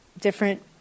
different